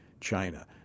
China